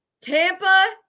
Tampa